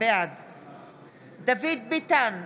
בעד דוד ביטן,